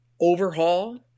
overhaul